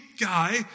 guy